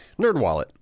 NerdWallet